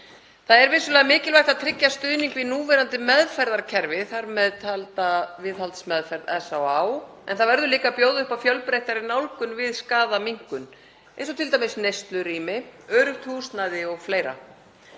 Það er vissulega mikilvægt að tryggja stuðning við núverandi meðferðarkerfi, þar með talda viðhaldsmeðferð SÁÁ, en það verður líka að bjóða upp á fjölbreyttari nálgun við skaðaminnkun eins og t.d. neyslurými, öruggt húsnæði og fleira.